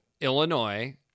Illinois